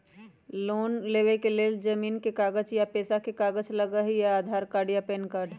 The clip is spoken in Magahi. लोन लेवेके लेल जमीन के कागज या पेशा के कागज लगहई या आधार कार्ड या पेन कार्ड?